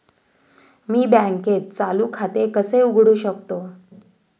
मी बँकेत चालू खाते कसे उघडू शकतो?